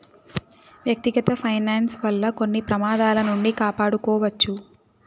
వ్యక్తిగత ఫైనాన్స్ వల్ల కొన్ని ప్రమాదాల నుండి కాపాడుకోవచ్చు